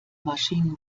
maschinen